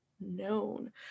known